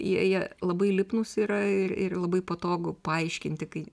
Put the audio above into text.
jie jie labai lipnūs yra ir ir labai patogu paaiškinti kai